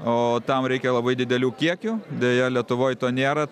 o tam reikia labai didelių kiekių deja lietuvoj to nėra